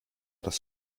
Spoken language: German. das